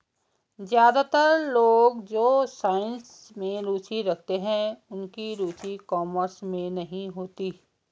ज्यादातर लोग जो साइंस में रुचि रखते हैं उनकी रुचि कॉमर्स में नहीं होती